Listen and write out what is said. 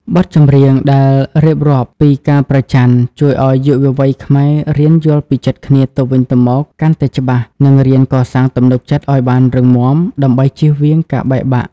បទចម្រៀងដែលរៀបរាប់ពី "ការប្រច័ណ្ឌ" ជួយឱ្យយុវវ័យខ្មែររៀនយល់ពីចិត្តគ្នាទៅវិញទៅមកកាន់តែច្បាស់ និងរៀនកសាងទំនុកចិត្តឱ្យបានរឹងមាំដើម្បីចៀសវាងការបែកបាក់។